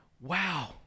wow